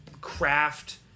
craft